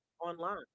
online